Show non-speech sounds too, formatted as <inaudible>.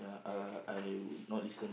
alright <breath>